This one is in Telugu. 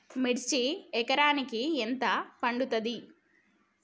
మిర్చి ఎకరానికి ఎంత పండుతది?